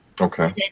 Okay